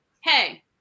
hey